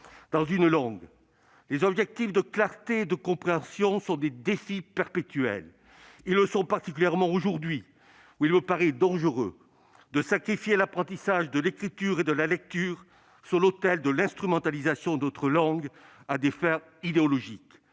Dans une langue, les objectifs de clarté et de compréhension sont des défis perpétuels. Ils le sont particulièrement aujourd'hui. Il me paraît dangereux de sacrifier l'apprentissage de l'écriture et de la lecture sur l'autel de l'instrumentalisation de notre langue à des fins idéologiques.